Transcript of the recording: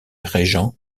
régent